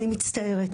אני מצטערת.